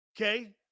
Okay